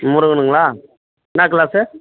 முருகனுங்களா என்ன க்ளாஸு